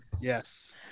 Yes